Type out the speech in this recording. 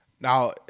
Now